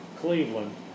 Cleveland